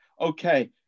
okay